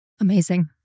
Amazing